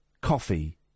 coffee